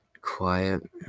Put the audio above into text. Quiet